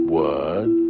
word